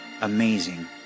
amazing